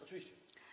Oczywiście.